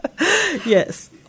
yes